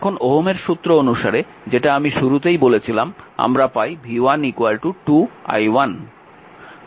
এখন ওহমের সূত্র অনুসারে যেটা আমি শুরুতেই বলেছিলাম আমরা পাই v1 2 i1